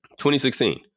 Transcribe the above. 2016